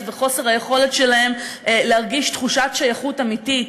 וחוסר היכולת שלהם להרגיש תחושת שייכות אמיתית,